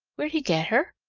where'd he get her?